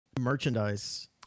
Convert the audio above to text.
merchandise